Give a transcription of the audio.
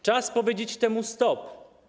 Czas powiedzieć temu: stop.